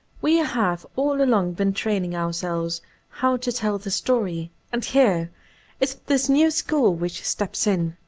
we have all along been training ourselves how to tell the story, and here is this new school which steps in,